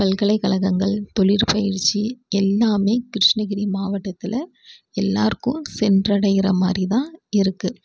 பல்கலைக்கழகங்கள் தொழிற்பயிற்சி எல்லாமே கிருஷ்ணகிரி மாவட்டத்தில் எல்லோருக்கும் சென்றடைகிற மாதிரி தான் இருக்குது